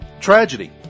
Tragedy